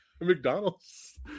McDonald's